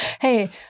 Hey